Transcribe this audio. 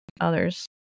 others